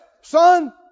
Son